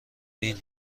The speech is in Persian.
این